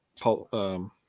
Paul